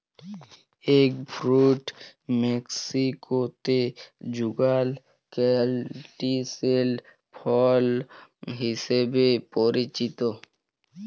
egg fruit মেক্সিকোতে যুগাল ক্যান্টিসেল ফল হিসেবে পরিচিত